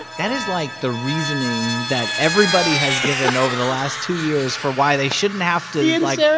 that is, like, the reasoning that everybody has given over the last two years for why they shouldn't have to, yeah like, yeah